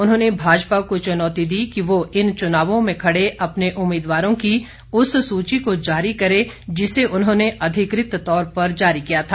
उन्होंने भाजपा को चुनौती दी की वो इन चुनावों में खड़े अपने उम्मीदवारों की उस सूची को जारी करे जिसे उन्होंने अधिकृत तौर पर जारी किया था